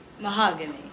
mahogany